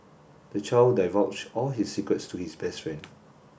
the child divulged all his secrets to his best friend